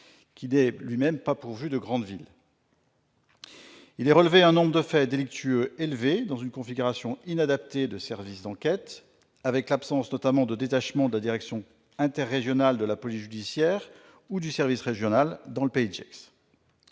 qui n'est lui-même pas pourvu de très grandes villes. Sont relevés un nombre de faits délictueux élevé dans une configuration inadaptée des services d'enquêtes, avec l'absence notamment de détachement de la direction interrégionale de la police judiciaire ou du service régional, dans le pays de Gex.